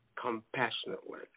Compassionately